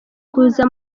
kuza